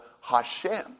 Hashem